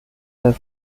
sein